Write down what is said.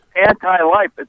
anti-life